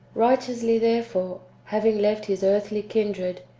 kighteously, therefore, having left his earthly kindred,